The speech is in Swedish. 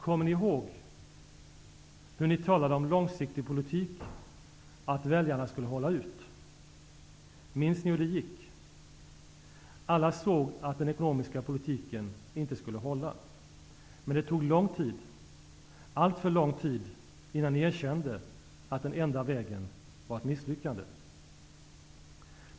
Kommer ni ihåg hur ni talade om långsiktig politik och att väljarna skulle hålla ut? Minns ni hur det gick? Alla såg att den ekonomiska politiken inte skulle hålla, men det tog lång tid, alltför lång tid, innan ni erkände att den enda vägen var ett misslyckande.